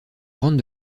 grandes